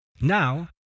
now